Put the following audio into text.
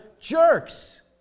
jerks